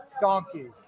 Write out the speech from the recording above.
Donkey